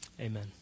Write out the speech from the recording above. amen